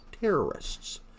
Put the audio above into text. terrorists